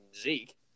Zeke